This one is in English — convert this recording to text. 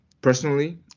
personally